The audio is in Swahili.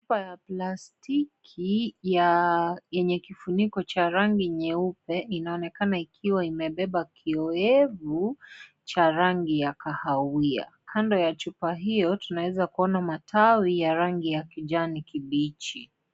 Chupa ya plastiki yenye kifuniko cha rangi nyeupe inaonekana ikiwa imebeba kiowevu cha rangi ya kahawia, kando ya chupa hiyo tunaeza kuona matawi ya rangi ya kijani kibichi.